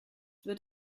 wird